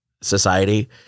society